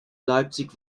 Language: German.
leipzig